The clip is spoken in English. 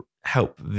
help